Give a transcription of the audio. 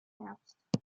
herbst